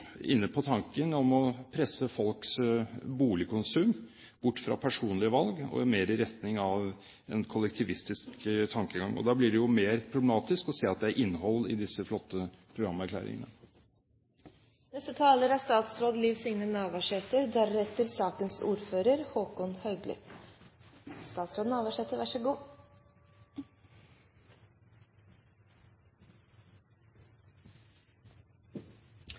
inne på tanken om å presse folks boligkonsum bort fra personlige valg og mer i retning av en kollektivistisk tankegang. Da blir det jo mer problematisk å se at det er innhold i disse flotte